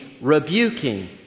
rebuking